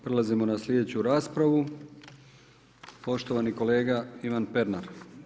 Prelazimo na slijedeću raspravu, poštovani kolega Ivan Pernar.